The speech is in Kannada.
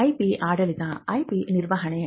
IP ಆಡಳಿತ IP ನಿರ್ವಹಣೆ